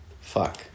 Fuck